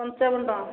ପଞ୍ଚାବନ ଟଙ୍କା